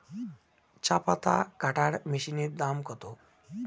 চাপাতা কাটর মেশিনের দাম কত?